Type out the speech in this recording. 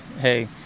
hey